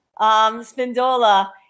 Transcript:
Spindola